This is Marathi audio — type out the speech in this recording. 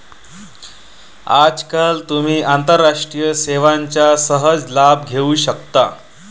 आजकाल तुम्ही आंतरराष्ट्रीय सेवांचा सहज लाभ घेऊ शकता